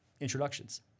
introductions